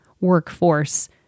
workforce